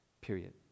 period